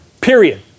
Period